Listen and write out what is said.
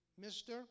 Mister